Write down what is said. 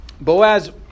Boaz